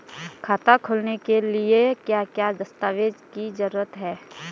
खाता खोलने के लिए क्या क्या दस्तावेज़ की जरूरत है?